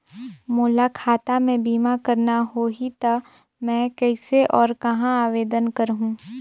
मोला खाता मे बीमा करना होहि ता मैं कइसे और कहां आवेदन करहूं?